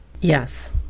Yes